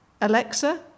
Alexa